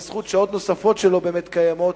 בזכות שעות נוספות שלא באמת קיימות,